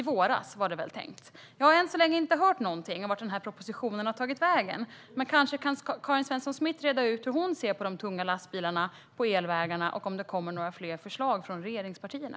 Den var tänkt att komma i våras, men jag har ännu inte hört någonting om vad som har hänt med denna proposition. Kan Karin Svensson Smith kanske reda ut hur hon ser på de tunga lastbilarna, hur hon ser på elvägarna och om det kommer några fler förslag från regeringspartierna?